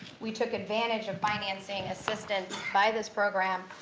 we took advantage of financing assistance by this program,